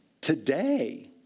today